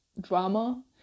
drama